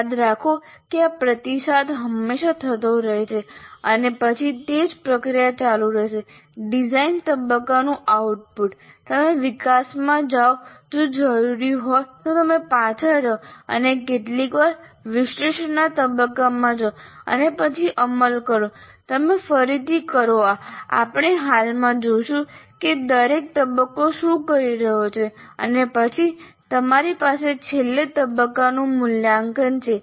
યાદ રાખો કે આ પ્રતિસાદ હંમેશા થતો રહે છે અને પછી તે જ પ્રક્રિયા ચાલુ રહેશે ડિઝાઇન તબક્કાનું આઉટપુટ તમે વિકાસમાં જાઓ જો જરૂરી હોય તો તમે પાછા જાઓ અને કેટલીકવાર વિશ્લેષણના તબક્કામાં જાઓ અને પછી અમલ કરો તમે ફરીથી કરો આ આપણે હાલમાં જોશું કે દરેક તબક્કો શું કરી રહ્યો છે અને પછી તમારી પાસે છેલ્લે તબક્કાનું મૂલ્યાંકન છે